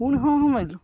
ପୁଣି ହଁ ହଁ ମାରିଲୁ